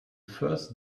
first